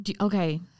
Okay